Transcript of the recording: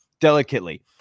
delicately